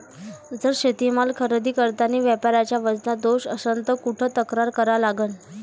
जर शेतीमाल खरेदी करतांनी व्यापाऱ्याच्या वजनात दोष असन त कुठ तक्रार करा लागन?